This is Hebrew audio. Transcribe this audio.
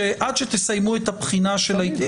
בשביל זה נקבע הסטנדרט של השלוש שנים.